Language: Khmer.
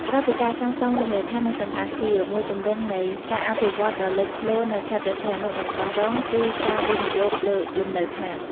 ក្រៅពីការសាងសង់រមណីយដ្ឋាន និងសណ្ឋាគារ មួយទម្រង់នៃការអភិវឌ្ឍន៍ដ៏លេចធ្លោនៅខេត្តព្រះសីហនុ និងកោះរ៉ុង គឺការវិនិយោគលើ លំនៅឋាន។